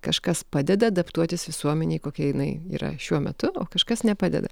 kažkas padeda adaptuotis visuomenėj kokia jinai yra šiuo metu o kažkas nepadeda